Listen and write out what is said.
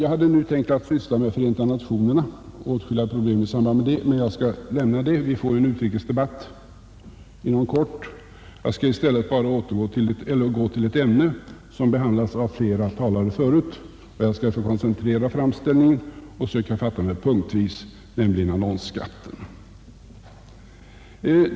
Jag hade tänkt att här tala om Förenta nationerna och om en del problem i samband därmed, men jag skall inte göra det. Vi får ju en utrikesdebatt inom kort. I stället skall jag övergå till ett ämne som har behandlats av flera tidigare talare, nämligen annonsskatten. Jag skall försöka koncentrera min framställning och ta den punktvis.